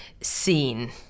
seen